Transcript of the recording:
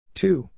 two